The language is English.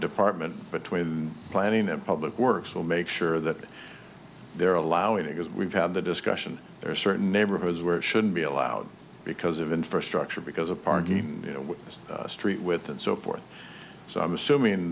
department between planning and public works will make sure that they're allowing as we've had the discussion there are certain neighborhoods where it shouldn't be allowed because of infrastructure because of parking you know street with and so forth so i'm assuming